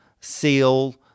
seal